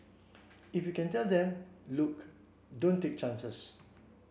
if you can tell them look don't take chances